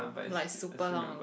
like super long